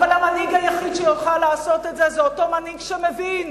אבל המנהיג היחיד שיוכל לעשות את זה הוא אותו מנהיג שמבין